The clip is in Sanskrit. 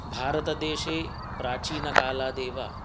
भारतदेशे प्राचीनकालादेव